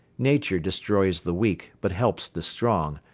nature destroys the weak but helps the strong,